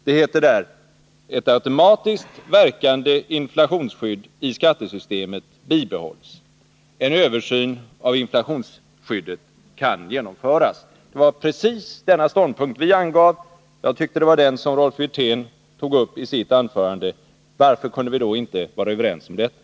Där heter det: Ett automatiskt verkande inflationsskydd i skattesystemet bibehålls. En översyn av inflationsskyddet kan genomföras. Jag tyckte att det var precis denna ståndpunkt som Rolf Wirtén intog i sitt anförande. Varför kunde vi då inte bli överens om detta?